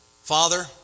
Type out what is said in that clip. Father